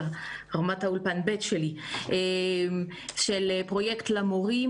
של פרויקט למורים.